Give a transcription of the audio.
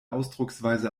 ausdrucksweise